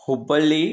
Hubballi